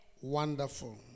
wonderful